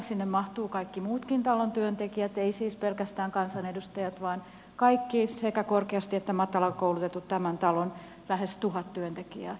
sinne mahtuvat kaikki muutkin talon työntekijät eivät siis pelkästään kansanedustajat vaan kaikki sekä korkeasti että matalasti koulutetut tämän talon lähes tuhat työntekijää